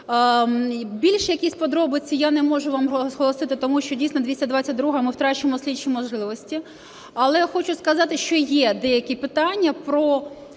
Більше якихось подробиць я не можу вам оголосити, тому що, дійсно, 222-а, ми втратимо слідчі можливості. Але я хочу сказати, що є деякі питання –